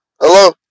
Hello